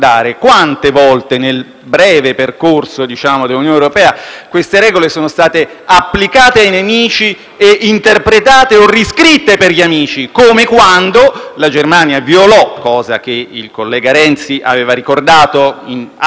queste regole sono state applicate ai nemici e interpretate o riscritte per gli amici, come quando la Germania violò - cosa che il collega Renzi ha ricordato in altri tempi - la regola del tre per cento e questa regola venne subito corroborata